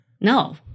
No